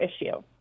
issue